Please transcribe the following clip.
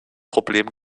problem